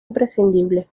imprescindible